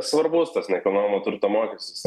svarbus tas nekilnojamo turto mokestis